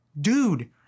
dude